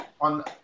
on